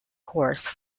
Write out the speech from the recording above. course